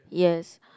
yes